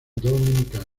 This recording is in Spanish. dominicano